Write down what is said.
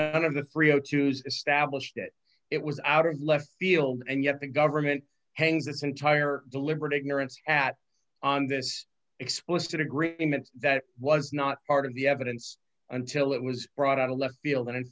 one of the three o choose stablished that it was out of left field and yet the government hangs this entire deliberate ignorance at on this explicit agreement that was not part of the evidence until it was brought out of left field and in